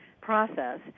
process